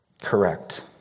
correct